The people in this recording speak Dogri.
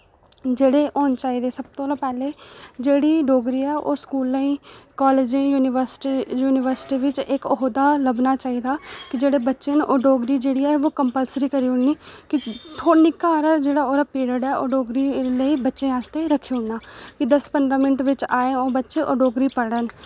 जेह्ड़े होने चाहिदे सब तो कोला पैह्ले जेह्ड़ी डोगरी ऐ ओह् स्कूलेंई कालेजें ई यूनिवसटी यूनिवर्सिटी बिच इक ओहदा लब्भना चाहिदा कि जेह्ड़े बच्चे न ओह् डोगरी जेह्ड़ी ऐ ओह् कंपलसरी करी ओड़नी कि थो निक्का हारा जेह्ड़ा ओह्दा पीरियड ऐ ओह् डोगरी लेई बच्चें आस्तै रक्खी'उड़ना की दस पंदरा मिंट बिच आए ओह बच्चे ओह् डोगरी पढ़न